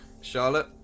Charlotte